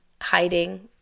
hiding